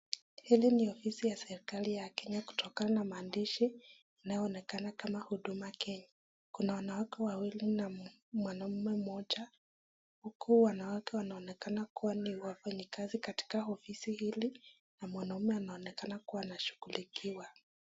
Hii ni ofisi ya kenya kutokana na maandishi kama huduma Kenya. Kuna wanawake wawili na mwanaume mmoja. Huku wanawake wanaonekana kuwa ni wafanyakazi katika ofisi hili na mwanaume anaonekana kuwa anashugulikiwa.